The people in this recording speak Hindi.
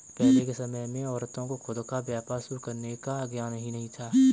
पहले के समय में औरतों को खुद का व्यापार शुरू करने का ज्ञान ही नहीं था